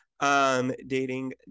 Dating